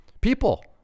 people